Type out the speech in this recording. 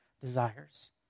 desires